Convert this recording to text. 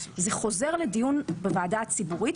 זה חוזר לדיון בוועדה הציבורית,